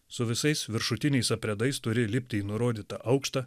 su visais viršutiniais aprėdais turi lipti į nurodytą aukštą